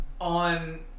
on